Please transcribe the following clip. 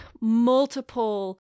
multiple